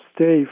stay